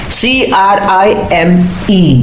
crime